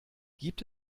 gibt